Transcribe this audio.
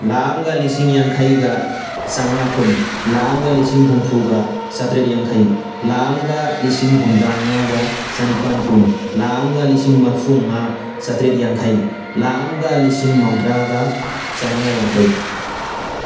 ꯂꯥꯈ ꯑꯃꯒ ꯂꯤꯁꯤꯡ ꯌꯥꯡꯈꯩꯒ ꯆꯝꯃꯉꯥ ꯀꯨꯟ ꯂꯥꯈ ꯑꯃꯒ ꯂꯤꯁꯤꯡ ꯍꯨꯝꯐꯨꯒ ꯆꯥꯇ꯭ꯔꯦꯠ ꯌꯥꯡꯈꯩ ꯂꯥꯈ ꯑꯃꯒ ꯂꯤꯁꯤꯡ ꯍꯨꯝꯗ꯭ꯔꯥꯃꯉꯥꯒ ꯆꯅꯤꯄꯥꯟ ꯀꯨꯟ ꯂꯥꯈ ꯑꯃꯒ ꯂꯤꯁꯤꯡ ꯃꯔꯐꯨꯃꯉꯥ ꯆꯥꯇ꯭ꯔꯦꯠ ꯌꯥꯡꯈꯩ ꯂꯥꯈ ꯑꯃꯒ ꯂꯤꯁꯤꯡ ꯃꯧꯗ꯭ꯔꯒ ꯆꯝꯃꯉꯥ ꯌꯥꯡꯈꯩ